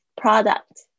Product